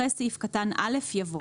אחרי סעיף קטן (א) יבוא:"